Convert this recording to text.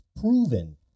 proven